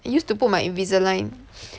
I use to put my Invisalign